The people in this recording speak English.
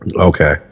Okay